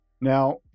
Now